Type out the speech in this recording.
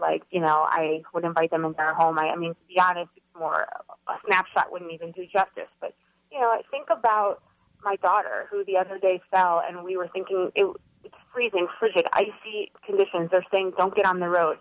like you know i would invite them in our home i mean for naps that wouldn't even do justice but you know i think about my daughter who the other day fell and we were thinking freezing frigid icy conditions are saying don't get on the road